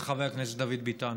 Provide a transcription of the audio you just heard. זה חבר הכנסת דוד ביטן.